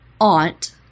aunt